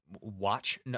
watch